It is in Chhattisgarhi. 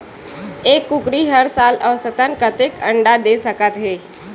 एक कुकरी हर साल औसतन कतेक अंडा दे सकत हे?